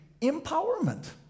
empowerment